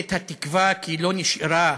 "התקווה", כי לא נשארה,